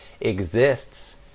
exists